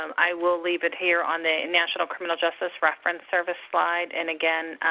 um i will leave it here on the and national criminal justice reference service slide. and, again,